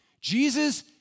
Jesus